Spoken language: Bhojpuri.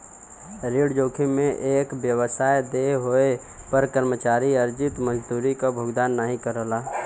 ऋण जोखिम में एक व्यवसाय देय होये पर कर्मचारी अर्जित मजदूरी क भुगतान नाहीं करला